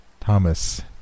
Thomas